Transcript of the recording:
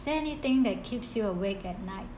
is there anything that keeps you awake at night